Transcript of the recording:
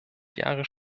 jahre